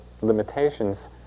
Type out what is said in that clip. limitations